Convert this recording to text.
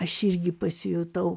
aš irgi pasijutau